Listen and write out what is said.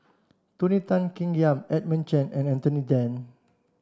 Tony Tan Keng Yam Edmund Chen and Anthony Then